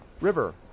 River